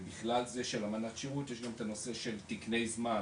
בכלל זה של אמנת שירות יש גם את הנושא של תקני זמן,